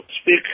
speak